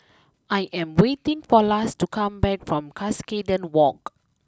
I am waiting for Lars to come back from Cuscaden walk